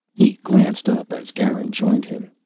he glanced up as garin joined him.